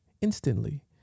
instantly